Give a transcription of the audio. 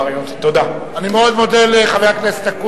תשמע, יש רשיון עסקים.